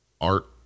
art